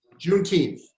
Juneteenth